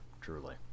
truly